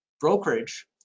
brokerage